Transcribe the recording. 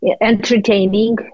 entertaining